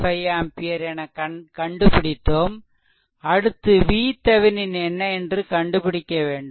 5 ampere என கண்டுபிடித்தோம் அடுத்து VThevenin என்ன என்று கண்டுபிடிக்க வேண்டும்